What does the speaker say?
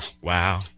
Wow